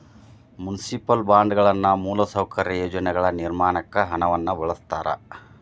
municipal ಬಾಂಡ್ಗಳನ್ನ ಮೂಲಸೌಕರ್ಯ ಯೋಜನೆಗಳ ನಿರ್ಮಾಣಕ್ಕ ಹಣವನ್ನ ಬಳಸ್ತಾರ